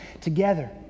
together